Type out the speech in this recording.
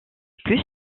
plus